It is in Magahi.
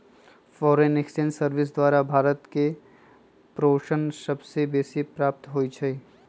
फॉरेन एक्सचेंज सर्विस द्वारा भारत में प्रेषण सबसे बेसी प्राप्त होई छै